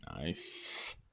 nice